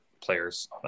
players